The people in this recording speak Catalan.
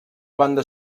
banda